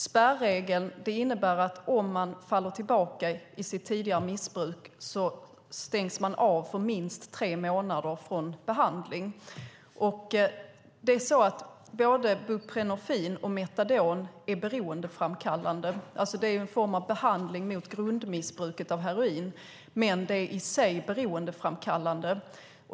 Spärregeln innebär att om man faller tillbaka i tidigare missbruk stängs man av minst tre månader från behandling. Både buprenorfin och metadon är beroendeframkallande. De utgör en form av behandling mot grundmissbruket av heroin, men de är i sig beroendeframkallande.